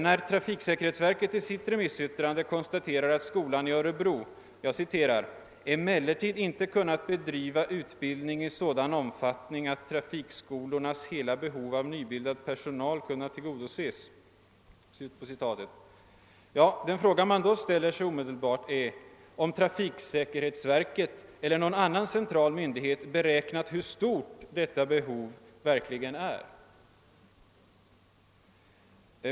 När trafiksäkerhetsverket i sitt remissyttrande konstaterar att yrkesskolan i Örebro »emellertid inte kunnat bedriva utbildning i sådan omfattning att trafikskolornas hela behov av nyutbildad personal kunnat tillgodoses», ja, då frågar man sig omedelbart, om trafiksäkerhetsverket eller någon annan central myndighet beräknat hur stort detta behov verkligen är.